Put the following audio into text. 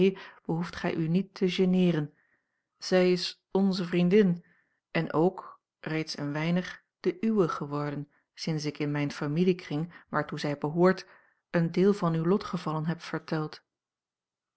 behoeft gij u niet te geneeren zij is onze vriendin en ook reeds een weinig de uwe geworden sinds ik in mijn familiekring waartoe zij behoort een deel van uwe lotgevallen heb verteld